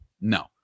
No